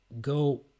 go